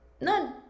none